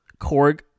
Korg